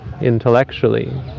intellectually